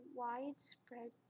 widespread